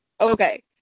Okay